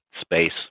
Space